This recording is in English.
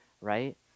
right